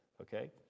okay